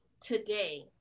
today